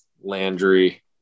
Landry